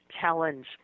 challenge